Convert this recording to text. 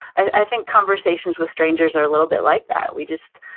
i think conversations with strangers are a little bit like that. we just,